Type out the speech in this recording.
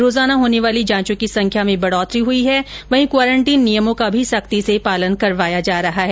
रोजाना होने वाली जांचों की संख्या में बढोतरी हुई है वहीं क्वारेन्टीन नियमों का भी सख्ती से पालन करवाया जा रहा है